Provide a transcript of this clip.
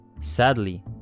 Sadly